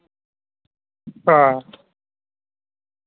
हां